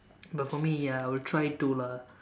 but for me ya I will try to lah